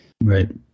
Right